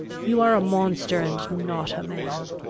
you are a monster and not a man.